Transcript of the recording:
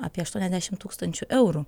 apie aštuoniasdešim tūkstančių eurų